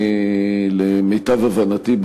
למיטב הבנתי,